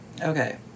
Okay